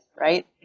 right